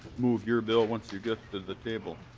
mouv your bill once you get to the table.